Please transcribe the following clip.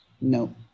no